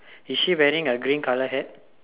is she wearing a green colour hat